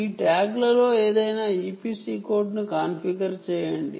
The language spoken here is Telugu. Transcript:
ఆ ట్యాగ్లో ఏదైనా EPC కోడ్ను కాన్ఫిగర్ చేయండి